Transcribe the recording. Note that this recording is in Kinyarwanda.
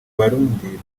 barundi